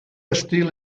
estil